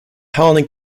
howling